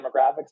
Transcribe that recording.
demographics